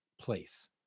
place